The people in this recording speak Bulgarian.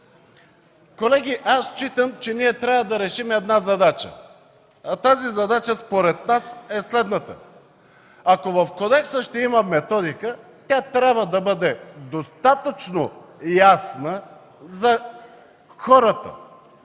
Колеги, считам, че ние трябва да решим една задача. Тази задача според нас е следната: ако в Кодекса ще има методика, тя трябва да бъде достатъчно ясна за хората,